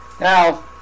Now